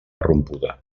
rompuda